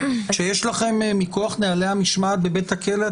כשיש לכם מכוח נהלי המשמעת בבית הכלא,